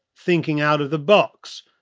thinking out of the box.